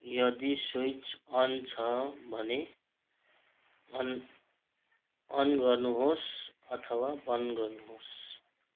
यदि switch on छ भने अन अन गर्नुहोस् अथवा बन्द गर्नुहोस्